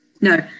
No